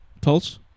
Pulse